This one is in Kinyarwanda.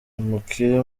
umukire